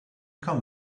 come